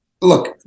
Look